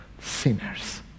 sinners